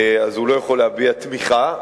אז הוא לא יכול להביע תמיכה.